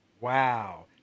Wow